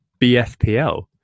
BFPL